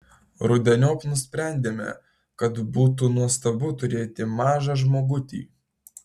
rudeniop nusprendėme kad būtų nuostabu turėti mažą žmogutį